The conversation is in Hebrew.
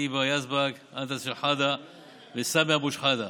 היבה יזבק, אנטאנס שחאדה וסמי אבו שחאדה.